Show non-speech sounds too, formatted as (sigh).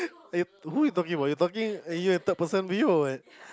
(laughs) who you talking about you talking a third person view or what